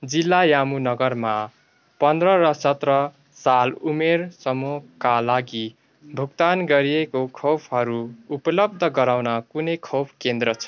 जिल्ला यामु नगरमा पन्ध्र र सत्र साल उमेर समूहका लागि भुक्तान गरिएको खोपहरू उपलब्ध गराउने कुनै खोप केन्द्र छ